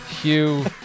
Hugh